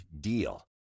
DEAL